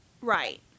Right